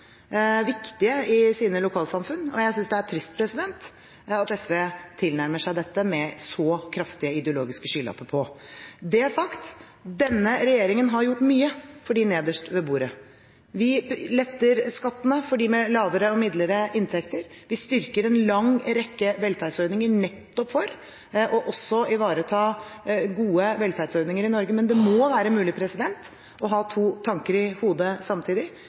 viktige i sine lokalsamfunn. Jeg synes det er trist at SV tilnærmer seg dette med så kraftige ideologiske skylapper på. Når det er sagt – denne regjeringen har gjort mye for dem nederst ved bordet. Vi letter skattene for dem med lavere og midlere inntekter, vi styrker en lang rekke velferdsordninger nettopp for også å ivareta gode velferdsordninger. Men det må være mulig å ha to tanker i hodet samtidig: